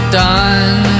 done